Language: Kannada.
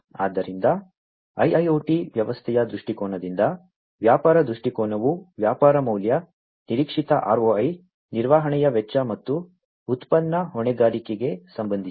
ಆದ್ದರಿಂದ IIoT ವ್ಯವಸ್ಥೆಯ ದೃಷ್ಟಿಕೋನದಿಂದ ವ್ಯಾಪಾರ ದೃಷ್ಟಿಕೋನವು ವ್ಯಾಪಾರ ಮೌಲ್ಯ ನಿರೀಕ್ಷಿತ ROI ನಿರ್ವಹಣೆಯ ವೆಚ್ಚ ಮತ್ತು ಉತ್ಪನ್ನ ಹೊಣೆಗಾರಿಕೆಗೆ ಸಂಬಂಧಿಸಿದೆ